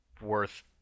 worth